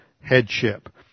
headship